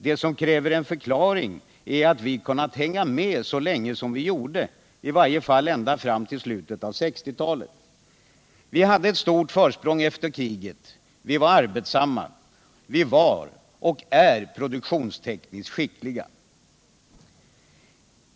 Det som kräver en förklaring är att vi kunde hänga med så länge som vi gjorde, i varje fall ända fram till slutet av 1960-talet. Vi hade ett stort försprång efter kriget, vi var arbetsamma, vi var — och är — produktionstekniskt skickliga.